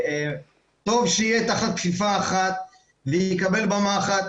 טוב שיהיה תחת כפיפה אחת ויקבל במה אחת.